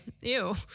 ew